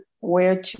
whereto